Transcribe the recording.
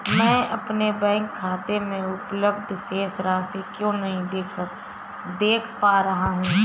मैं अपने बैंक खाते में उपलब्ध शेष राशि क्यो नहीं देख पा रहा हूँ?